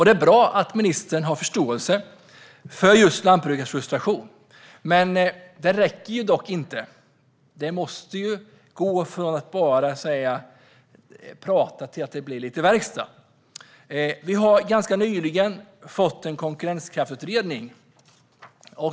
Det är bra att ministern har förståelse för lantbrukarnas frustration, men det räcker inte. Det måste gå från prat till verkstad. Nyligen kom en konkurrenskraftsutredning.